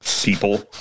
people